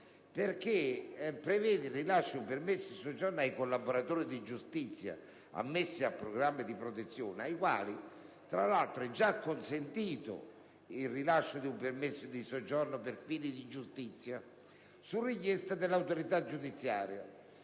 perché prevede il rilascio di un permesso di soggiorno ai collaboratori di giustizia ammessi a programmi di protezione ai quali - tra l'altro - è già consentito il rilascio di un permesso di soggiorno per fini di giustizia su richiesta dell'autorità giudiziaria.